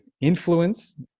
influence